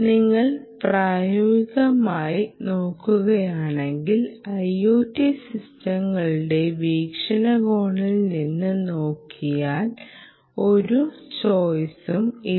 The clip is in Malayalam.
നിങ്ങൾ പ്രായോഗികമായി നോക്കുകയാണെങ്കിൽ IOT സിസ്റ്റങ്ങളുടെ വീക്ഷണകോണിൽ നിന്ന് നോക്കിയാൽ ഒരു ചോയിസും ഇല്ല